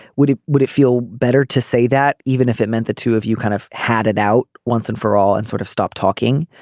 would it would it feel better to say that even if it meant the two of you kind of had it out once and for all and sort of stopped talking.